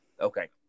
Okay